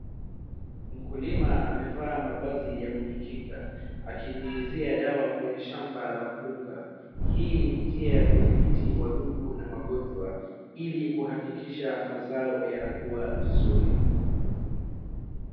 Mkulima amevaa mavazi ya kujikinga, akinyunyizia dawa kwenye shamba la mkunga. Hii ni njia ya kuthibiti wadudu na magonjwa ili kuhakikisha mazao yanakuwa vizuri.